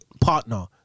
partner